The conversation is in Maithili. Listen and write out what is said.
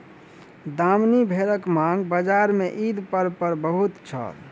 दामनी भेड़क मांग बजार में ईद पर्व पर बहुत छल